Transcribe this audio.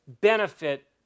benefit